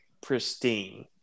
pristine